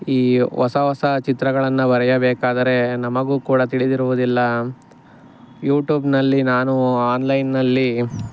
ಈ ಹೊಸ ಹೊಸ ಚಿತ್ರಗಳನ್ನ ಬರೆಯಬೇಕಾದರೆ ನಮಗೂ ಕೂಡ ತಿಳಿದಿರುವುದಿಲ್ಲ ಯೂಟೂಬ್ನಲ್ಲಿ ನಾನು ಆನ್ಲೈನ್ನಲ್ಲಿ